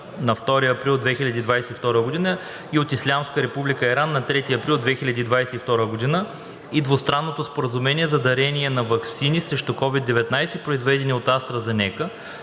на 2 април 2022 г. и от Ислямска република Иран на 3 април 2022 г., и Двустранното споразумение за дарение на ваксини срещу COVID-19, произведени от АстраЗенека,